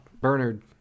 Bernard